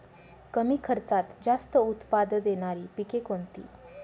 कमी खर्चात जास्त उत्पाद देणारी पिके कोणती?